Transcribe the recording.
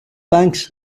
banks